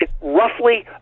roughly